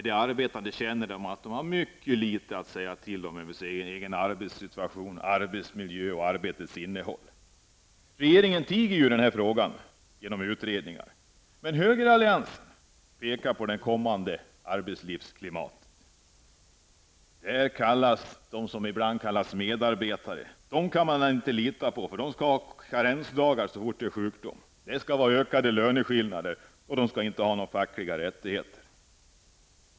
De arbetande känner ju att de har mycket litet att säga till om beträffande den egna arbetssituationen, arbetsmiljön och arbetets innehåll. Regeringen tiger i den frågan. Det blir bara utredningar. Men högeralliansen pekar på det kommande arbetslivsklimatet. De som ibland kallas medarbetare kan man inte lita på, för de skall ha karensdagar så fort det är fråga om sjukdom. Det skall vara ökade löneskillnader, och de som kallas medarbetare skall inte ha några fackliga rättigheter.